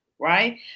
right